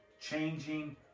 changing